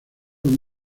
los